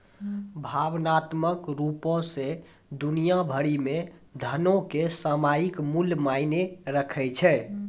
भावनात्मक रुपो से दुनिया भरि मे धनो के सामयिक मूल्य मायने राखै छै